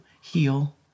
heal